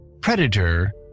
predator